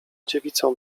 dziewicą